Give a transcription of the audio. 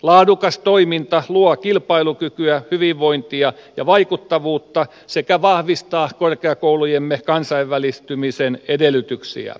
laadukas toiminta luo kilpailukykyä hyvinvointia ja vaikuttavuutta sekä vahvistaa korkeakoulujemme kansainvälistymisen edellytyksiä